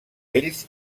ells